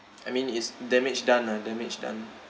I mean it's damage done ah damage done